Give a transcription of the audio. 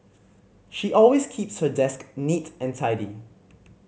she always keeps her desk neat and tidy